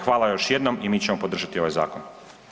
Hvala još jednom i mi ćemo podržati ovaj zakon.